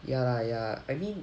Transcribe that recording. ya lah ya I mean